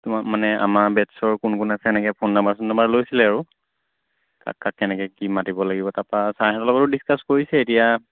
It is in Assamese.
তোমাৰ মানে আমাৰ বেটছৰ কোন কোনো আছে এনেকৈ ফোন নাম্বাৰ চোন নাম্বাৰ লৈছিলে আৰু কাক কাক কেনেকৈ কি মাতিব লাগিব তাৰপৰা ছাৰহঁতৰ লগতো ডিছকাছ কৰিছে এতিয়া